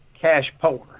cash-poor